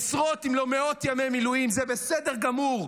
עשרות אם לא מאות ימי מילואים, זה בסדר גמור.